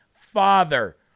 father